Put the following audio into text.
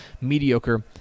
mediocre